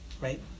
right